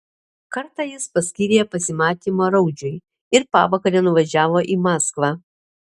kartą jis paskyrė pasimatymą raudžiui ir pavakare nuvažiavo į maskvą